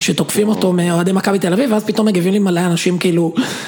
שתוקפים אותו מאוהדי מכבי תל אביב ואז פתאום מגיבים מלא אנשים כאילו